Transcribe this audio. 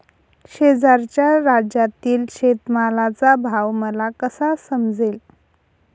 शेजारच्या राज्यातील शेतमालाचा भाव मला कसा समजेल?